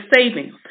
savings